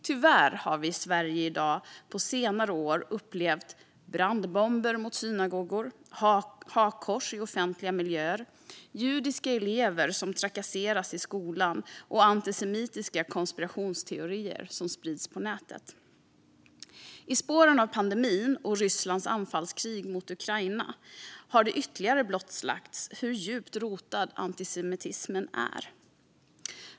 Tyvärr har vi i Sverige på senare år upplevt brandbomber mot synagogor, hakkors i offentliga miljöer, judiska elever som trakasseras i skolan och antisemitiska konspirationsteorier som sprids på nätet. I spåren av pandemin och Rysslands anfallskrig mot Ukraina har det ytterligare blottlagts hur djupt rotad antisemitismen är.